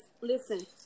Listen